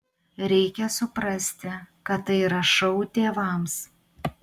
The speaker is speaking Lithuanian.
reikia suprasti kad tai yra šou tėvams